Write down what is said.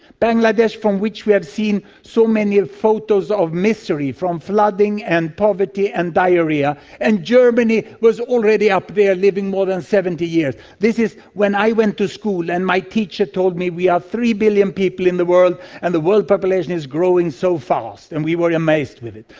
bangladesh from which we have seen so many photos of misery, from flooding and poverty and diarrhoea. and germany was already up there, living more than seventy years. this is when i went to school and my teacher told me we are three billion people in the world and the world population is growing so fast, and we were amazed with it.